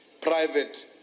private